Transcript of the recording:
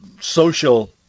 social